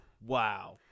Wow